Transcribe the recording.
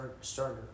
starter